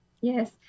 Yes